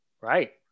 Right